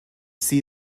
see